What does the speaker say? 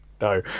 No